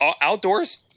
outdoors